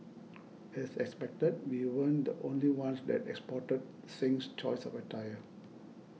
as expected we weren't the only ones that spotted Singh's choice of attire